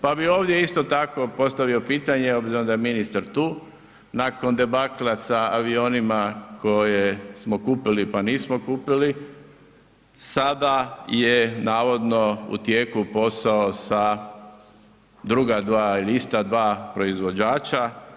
Pa bi ovdje isto tako, postavio pitanje, obzirom da je ministar tu, nakon debakla sa avionima koje smo kupili pa nismo kupili, sada je navodno u tijeku posao sa druga dva ili ista dva proizvođača.